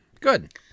Good